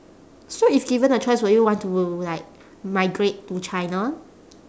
so if given a chance would you want to like migrate to china